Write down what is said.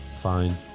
Fine